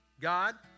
God